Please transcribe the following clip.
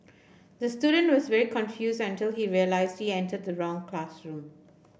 the student was very confused until he realised he entered the wrong classroom